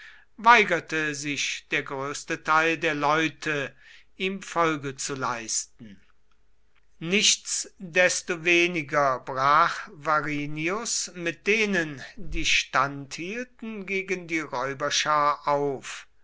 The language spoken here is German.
weigerte sich der größte teil der leute ihm folge zu leisten nichtsdestoweniger brach varinius mit denen die standhielten gegen die räuberschar auf